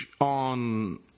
on